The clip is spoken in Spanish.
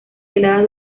heladas